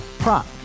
Prop